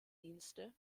dienste